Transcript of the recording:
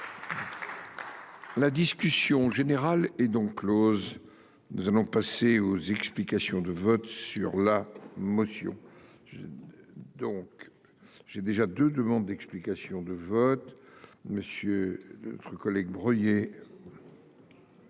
La discussion générale est donc Close. Nous allons passer aux explications de vote sur la motion. J'ai donc j'ai déjà de demandes d'explications de vote. Monsieur de notre collègue Breuiller.